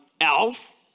Elf